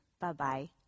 Bye-bye